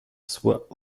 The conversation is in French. soit